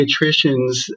pediatricians